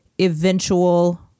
eventual